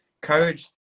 courage